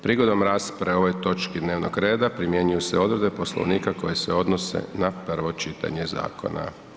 Prigodom rasprave o ovoj točki dnevnog reda primjenjuju se odredbe Poslovnika koje se odnose na prvo čitanje zakona.